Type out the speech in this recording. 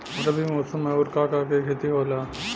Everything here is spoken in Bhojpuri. रबी मौसम में आऊर का का के खेती होला?